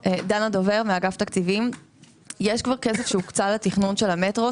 יש כבר כסף שהוקצה לתכנון של המטרו.